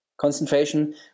concentration